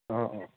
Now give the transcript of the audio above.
অঁ অঁ